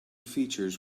features